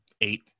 eight